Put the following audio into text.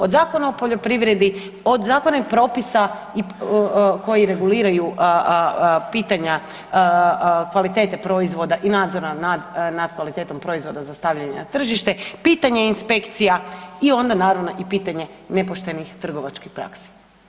Od Zakona o poljoprivredi, od zakona i propisa koji reguliraju pitanja kvalitete proizvoda i nadzora nad kvalitetom proizvoda za stavljanje na tržište, pitanje inspekcija i onda naravno, pitanje nepoštenih trgovačkih praksi.